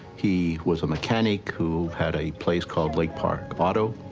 he was a mechanic who had a place called lake park auto.